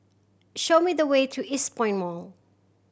show me the way to Eastpoint Mall